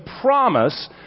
promise